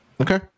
Okay